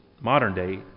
modern-day